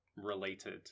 related